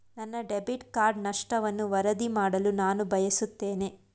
ನನ್ನ debit card ನಷ್ಟವನ್ನು ವರದಿ ಮಾಡಲು ನಾನು ಬಯಸುತ್ತೇನೆ